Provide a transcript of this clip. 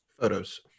photos